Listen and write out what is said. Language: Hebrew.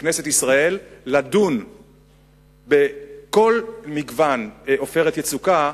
בכנסת ישראל, לדון בכל מגוון "עופרת יצוקה"